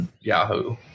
yahoo